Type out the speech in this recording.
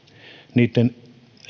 niitten